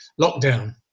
lockdown